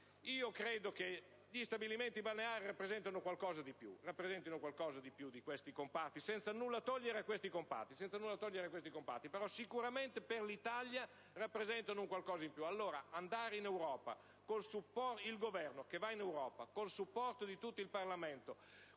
Credo che gli stabilimenti balneari rappresentino qualcosa di più di questi comparti; senza nulla togliere a questi ultimi, sicuramente per l'Italia rappresentano un qualcosa in più. Se il Governo va in Europa con il supporto di tutto il Parlamento,